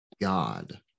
God